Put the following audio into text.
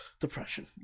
depression